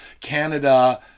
Canada